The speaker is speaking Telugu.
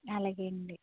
అలాగేనండి